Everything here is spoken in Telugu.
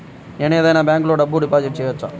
నేను ఏదైనా బ్యాంక్లో డబ్బు డిపాజిట్ చేయవచ్చా?